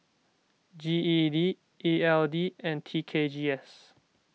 G E D E L D and T K G S